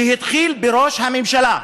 שהתחילה עם ראש הממשלה.